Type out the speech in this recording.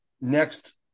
next